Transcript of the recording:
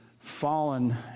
fallen